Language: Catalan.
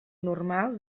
normal